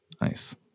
Nice